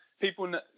people